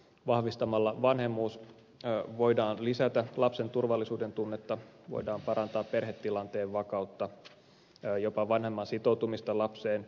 vahvistamalla vanhemmuus voidaan lisätä lapsen turvallisuudentunnetta voidaan parantaa perhetilanteen vakautta jopa vanhemman sitoutumista lapseen